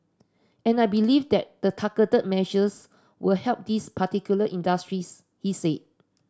and I believe the targeted measures will help these particular industries he said